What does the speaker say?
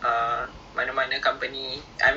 bau dia kuat